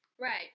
Right